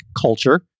culture